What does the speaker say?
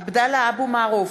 עבדאללה אבו מערוף,